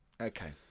Okay